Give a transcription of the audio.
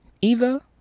Eva